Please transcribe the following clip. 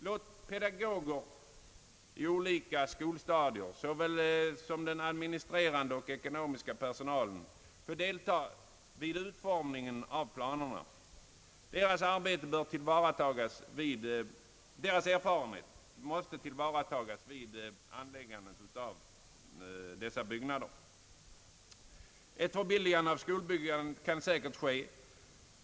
Låt pedagoger i olika skolstadier, såväl som den administrerande och ekonomiska personalen, få delta vid utformningen av planerna. Deras erfarenhet bör tillvaratas vid anläggandet av dessa byggnader. Ett förbilligande av skolbyggandet kan säkert ske.